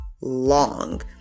long